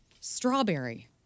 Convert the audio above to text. Strawberry